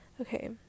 Okay